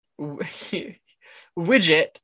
Widget